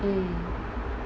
mm